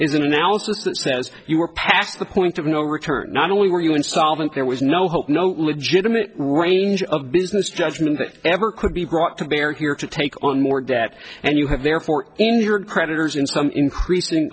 an analysis that says you were packed the point of no return not only were you insolvent there was no hope no legitimate range of business judgment ever could be brought to bear here to take on more debt and you have therefore in your creditors in some increasing